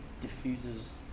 diffuses